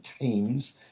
teams